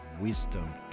wisdom